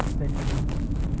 tak kan